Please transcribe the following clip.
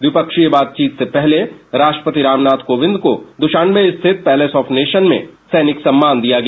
द्विपक्षीय बातचोत से पहले राष्ट्रपति रामनाथ कोविंद को दुशान में स्थित पैलेस ऑफ नेशन में सैनिक सम्मान दिया गया